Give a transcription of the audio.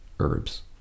Herbs